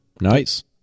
nice